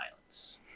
violence